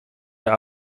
der